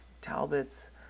Talbot's